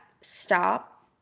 stop